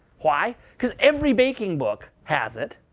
why? because every baking book has it,